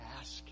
Ask